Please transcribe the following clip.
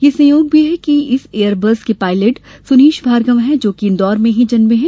यह भी संयोग है कि इस एयर बस के पायलट सुनीश भार्गव है जो कि इंदौर में ही जन्मे हैं